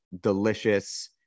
delicious